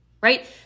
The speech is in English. right